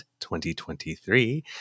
2023